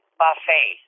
buffet